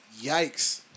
yikes